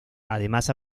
además